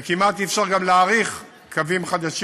וגם כמעט אי-אפשר להאריך קווים חדשים